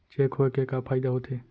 Cheque होए के का फाइदा होथे?